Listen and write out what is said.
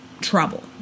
trouble